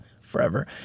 forever